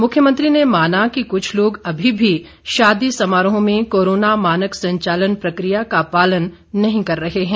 मुख्यमंत्री ने माना की कुछ लोग अभी भी शादी समारोहों में कोरोना मानक संचालन प्रक्रिया का पालन नही कर रहे हैं